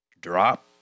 drop